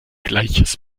gleiches